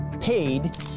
paid